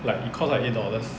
like it cost like eight dollars